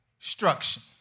instruction